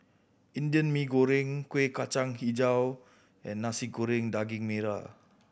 Indian Mee Goreng Kuih Kacang Hijau and Nasi Goreng Daging Merah